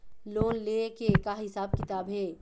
Loan ले के का हिसाब किताब हे?